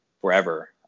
forever